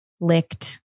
Licked